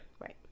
right